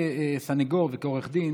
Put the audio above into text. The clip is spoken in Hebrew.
כסנגור וכעורך דין,